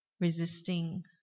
resisting